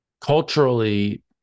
culturally